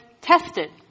tested